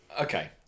Okay